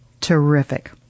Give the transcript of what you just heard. Terrific